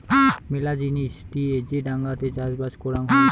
মেলা জিনিস দিয়ে যে ডাঙাতে চাষবাস করাং হই